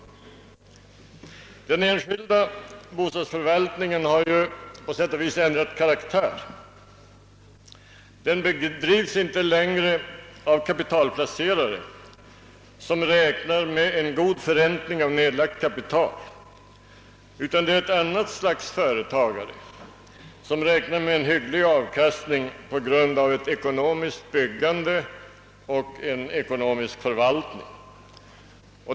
Den enskilda bostadsförvaltningen har ju på sätt och vis ändrat karaktär. Den handhas inte längre av kapitalplacerare, som räknar med en god förräntning av nedlagt kapital, utan av ett annat slags företagare som räknar med en hygglig avkastning på grund av ett ekonomiskt byggande och en ekonomisk förvaltning.